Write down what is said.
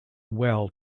well